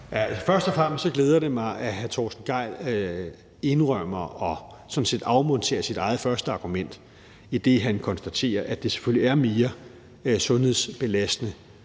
Først og fremmest glæder det mig, at hr. Torsten Gejl indrømmer og sådan set afmonterer sit eget første argument, idet han konstaterer, at det selvfølgelige er mere sundhedsbelastende